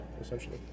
essentially